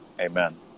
Amen